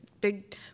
big